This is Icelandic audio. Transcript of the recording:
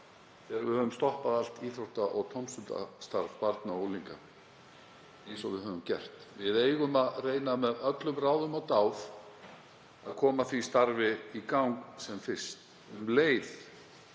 kann að hafa að stoppa allt íþrótta- og tómstundastarf barna og unglinga, eins og við höfum gert. Við eigum að reyna með ráðum og dáð að koma því starfi í gang sem fyrst. Um leið